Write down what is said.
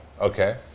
Okay